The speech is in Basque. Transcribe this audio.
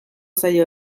zaio